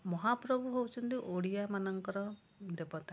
ମହାପ୍ରଭୁ ହେଉଛନ୍ତି ଓଡ଼ିଆମାନଙ୍କର ଦେବତା